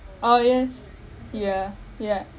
oh yes yeah yeah